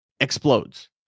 explodes